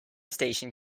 station